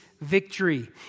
victory